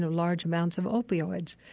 large amounts of opioids,